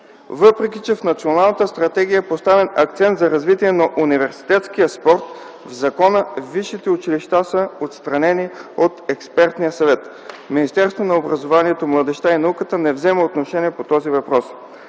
Въпреки, че в Националната стратегия е поставен акцент за развитието на университетския спорт, в закона висшите училища са отстранени от Експертния съвет. Министерството на образованието, младежта и науката не взема отношение по този въпрос.